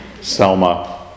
Selma